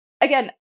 again